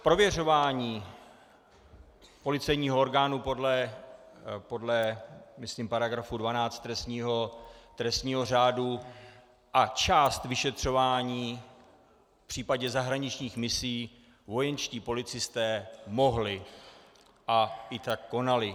Prověřování policejního orgánu podle, myslím, § 12 trestního řádu a část vyšetřování v případě zahraničních misí vojenští policisté mohli a i tak konali.